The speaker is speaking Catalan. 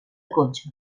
cotxe